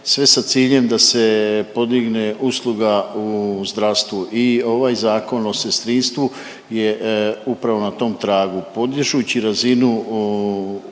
sve sa ciljem da se podigne usluga u zdravstvu i ovaj Zakon o sestrinstvu je upravo na tom tragu podižući razinu